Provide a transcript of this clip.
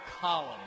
column